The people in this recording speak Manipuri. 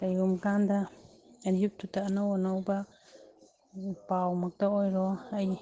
ꯀꯔꯤꯒꯨꯝꯕ ꯀꯥꯟꯗ ꯌꯨꯇꯨꯞꯇ ꯑꯅꯧ ꯑꯅꯧꯕ ꯄꯥꯎ ꯃꯛꯇ ꯑꯣꯏꯔꯣ ꯑꯩ